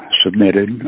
submitted